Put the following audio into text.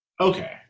okay